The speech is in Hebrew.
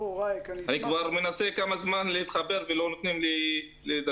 אני מנסה כבר כמה זמן להתחבר ולא נותנים לי לדבר.